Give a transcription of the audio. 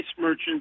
merchants